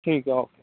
ٹھیک ہے اوکے